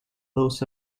blows